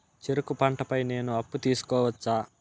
చెరుకు పంట పై నేను అప్పు తీసుకోవచ్చా?